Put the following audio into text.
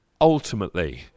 ultimately